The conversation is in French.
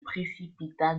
précipita